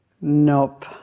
Nope